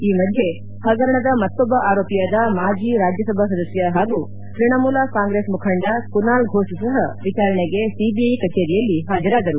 ಈ ಮಧ್ಯೆ ಹಗರಣದ ಮತ್ತೊಬ್ಬ ಆರೋಪಿಯಾದ ಮಾಜಿ ರಾಜ್ಯಸಭಾ ಸದಸ್ಯ ಹಾಗೂ ತ್ಯಣಮೂಲ ಕಾಂಗ್ರೆಸ್ ಮುಖಂಡ ಕುನಾಲ್ ಘೋಷ್ ಸಹ ವಿಚಾರಣೆಗೆ ಸಿಬಿಐ ಕಚೇರಿಯಲ್ಲಿ ಹಾಜರಾದರು